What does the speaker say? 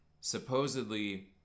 supposedly